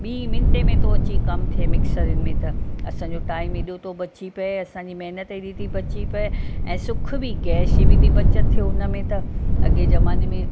ॿीं मिन्टे में थो अची कम थिए मिक्सरनि में त असांजो टाइम हेॾो थो बची पिए असांजी महिनत हेॾी थी बची पिए ऐं सुख बि गैस जी बि बचति थिए हुन में त अॻे ज़माने में